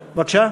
במקומו.